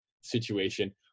situation